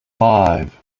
five